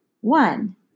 one